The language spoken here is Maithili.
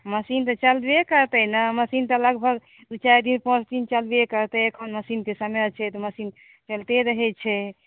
मशीन तऽ चलबे करतै ने मशीन तऽ लगभग दू चारि दिन पांँच दिन चलबे करतै एखन मशीनकेँ समय छै तऽ मशीन चलिते रहैत छै